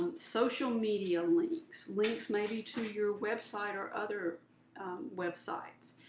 um social media links. links maybe to your website or other websites.